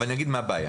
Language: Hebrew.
אני אגיד מה הבעיה.